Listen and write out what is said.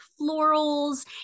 florals